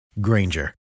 Granger